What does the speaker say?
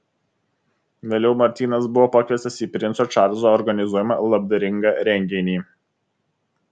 vėliau martynas buvo pakviestas į princo čarlzo organizuojamą labdaringą renginį